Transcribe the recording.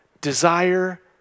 desire